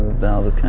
valve